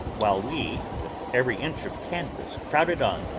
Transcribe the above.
while we, with every inch of canvas crowded on,